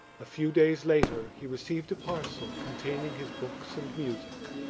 a few days later he received a parcel containing his books and music.